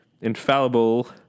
infallible